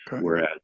Whereas